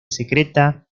secreta